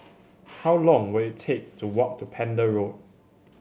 how long will it take to walk to Pender Road